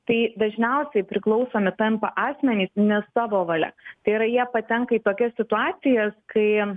tai dažniausiai priklausomi tampa asmenys ne savo valia tai yra jie patenka į tokias situacijas kai